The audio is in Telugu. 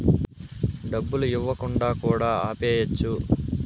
డబ్బులు ఇవ్వకుండా కూడా ఆపేయచ్చు